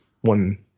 one